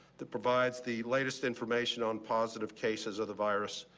the provides the latest information on positive cases of the virus.